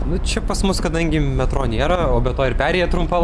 nu čia pas mus kadangi metro nėra o be to ir perėja trumpa